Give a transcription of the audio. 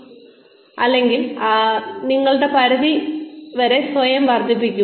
അതിനാൽ അല്ലെങ്കിൽ നിങ്ങളുടെ പരിധി വരെ സ്വയം വർധിപ്പിക്കുക